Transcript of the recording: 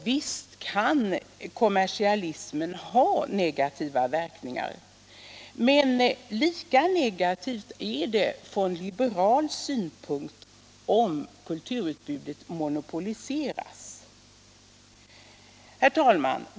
Visst kan kommersialismen ha sådana, men lika negativt är det från liberal utgångspunkt om kulturutbudet monopoliseras.